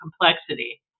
complexity